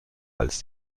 als